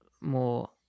more